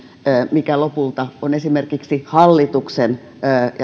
mikä lopulta on esimerkiksi hallituksen